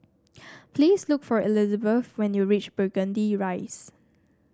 please look for Elisabeth when you reach Burgundy Rise